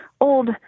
old